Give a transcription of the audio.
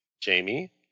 Jamie